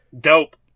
dope